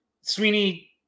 Sweeney